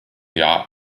jahr